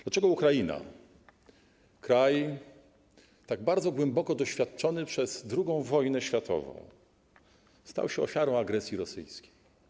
Dlaczego Ukraina, kraj tak bardzo głęboko doświadczony przez II wojnę światową, stał się ofiarą agresji rosyjskiej?